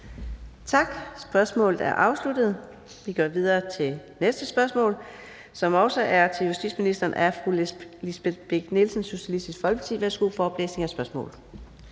Tak. Spørgsmålet er afsluttet. Vi går videre til næste spørgsmål, som også er til justitsministeren af fru Lisbeth Bech-Nielsen, Socialistisk Folkeparti. Kl. 13:38 Spm.